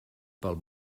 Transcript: pel